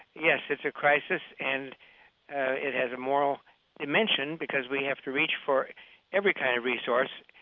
yes, it's a crisis, and it has a moral dimension because we have to reach for every kind of resource.